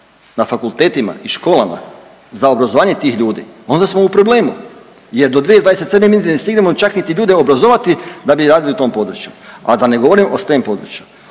na fakultetima i školama za obrazovanje tih ljudi, onda smo u problemu jer do 2027. mi ne stignemo čak niti ljude obrazovati da bi radili u tom području, a da ne govorim o STEM području.